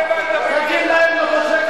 מי אתה, הפטרון של העדה האתיופית?